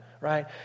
right